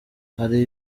hari